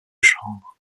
chambre